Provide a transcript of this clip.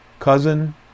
Cousin